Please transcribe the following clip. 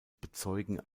bezeugen